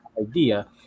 idea